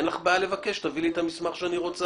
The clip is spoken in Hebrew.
אין לך בעיה להגיד: תביא לי את המסמך שאני רוצה.